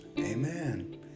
Amen